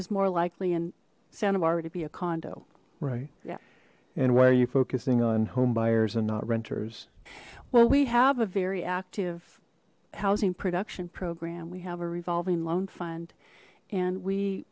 is more likely in santa barbara to be a condo right yeah and why are you focusing on homebuyers and not renters well we have a very active housing production program we have a revolving loan fund and